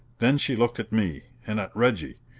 then she looked at me, and at reggie,